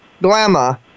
Glamma